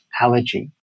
allergy